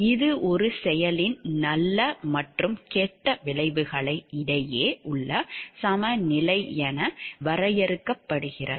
இது ஒரு செயலின் நல்ல மற்றும் கெட்ட விளைவுகளுக்கு இடையே உள்ள சமநிலை என வரையறுக்கப்படுகிறது